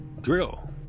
drill